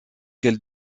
quel